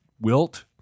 wilt